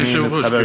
אדוני היושב-ראש,